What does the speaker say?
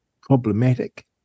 problematic